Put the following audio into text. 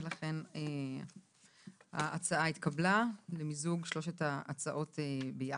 ולכן ההצעה התקבלה למיזוג שלוש ההצעות ביחד.